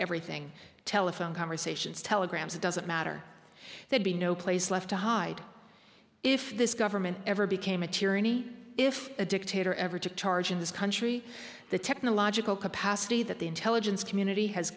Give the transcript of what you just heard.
everything telephone conversations telegrams it doesn't matter there'd be no place left to hide if this government ever became a tyranny if a dictator ever took charge in this country the technological capacity that the intelligence community has